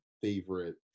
favorite